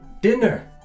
Dinner